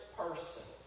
person